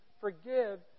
forgive